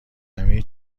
همه